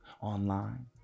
online